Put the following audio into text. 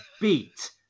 beat